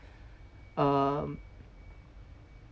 um